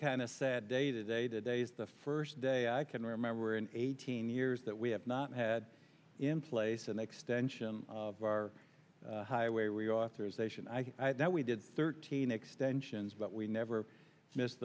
kind of a sad day today today's the first day i can remember in eighteen years that we have not had in place an extension of our highway we authorization i know we did thirteen extensions but we never missed